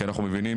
כי אנחנו מבינים,